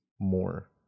more